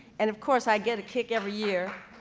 and of course i get a kick every year,